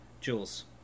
Jules